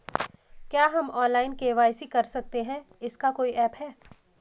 क्या हम online KYC कर सकते हैं इसका कोई ऐप है?